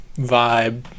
vibe